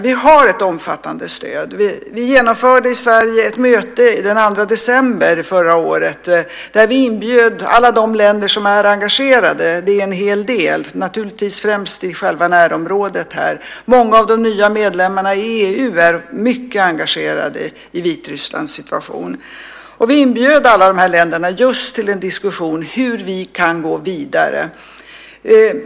Vi har ett omfattande stöd. Vi genomförde ett möte den 2 december förra året i Sverige där vi inbjöd alla de länder som är engagerade, och det är en hel del, naturligtvis främst i själva närområdet här. Många av de nya medlemmarna i EU är mycket engagerade i Vitrysslands situation. Vi inbjöd alla de här länderna till en diskussion om hur vi kan gå vidare.